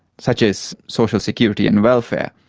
such as social security and welfare,